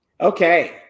Okay